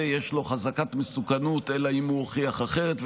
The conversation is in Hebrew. יש לו חזקת מסוכנות אלא אם כן הוא הוכיח אחרת,